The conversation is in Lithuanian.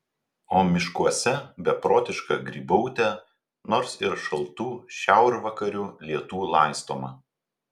o miškuose beprotiška grybautė nors ir šaltų šiaurvakarių lietų laistoma